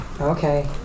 Okay